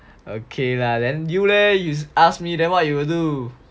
okay lah then you leh you asked me then why you will do